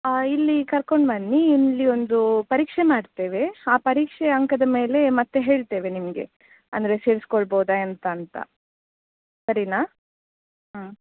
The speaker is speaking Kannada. ಆ ಇಲ್ಲಿ ಕರ್ಕೊಂಡು ಬನ್ನಿ ಇಲ್ಲಿ ಒಂದು ಪರೀಕ್ಷೆ ಮಾಡ್ತೇವೆ ಆ ಪರೀಕ್ಷೆ ಅಂಕದ ಮೇಲೆ ಮತ್ತೆ ಹೇಳ್ತೇವೆ ನಿಮಗೆ ಅಂದರೆ ಸೇರಿಸ್ಕೊಳ್ಬೋದಾ ಎಂತ ಅಂತ ಸರಿನಾ ಹಾಂ